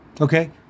Okay